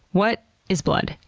what is blood?